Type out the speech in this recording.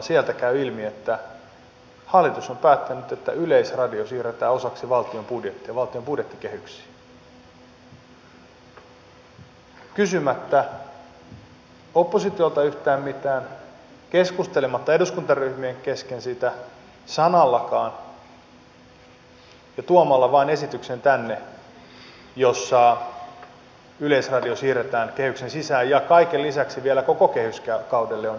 sieltä käy ilmi että hallitus on päättänyt että yleisradio siirretään osaksi valtion budjettia valtion budjettikehyksiin kysymättä oppositiolta yhtään mitään keskustelematta eduskuntaryhmien kesken siitä sanallakaan tuomalla tänne vain esityksen jossa yleisradio siirretään kehyksen sisään ja kaiken lisäksi vielä koko kehyskaudelle on indeksi leikattu nollaan